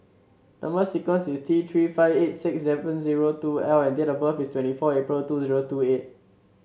number sequence is T Three five eight six seven zero two L and date of birth is twenty four April two zero two eight